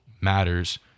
matters